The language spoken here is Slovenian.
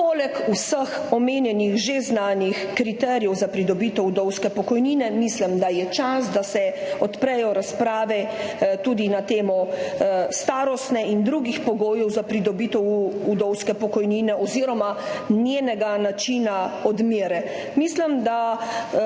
vseh omenjenih, že znanih kriterijev za pridobitev vdovske pokojnine mislim, da je čas, da se odprejo razprave tudi na temo starostnih in drugih pogojev za pridobitev vdovske pokojnine oziroma načina njene odmere. Mislim, da